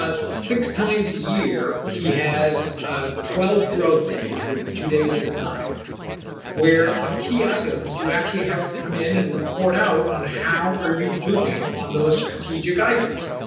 ah six times a year, he has ah twelve growth days they'd be two days at a time where, on key items, you actually have to come in and report out on how are you doing on those strategic items.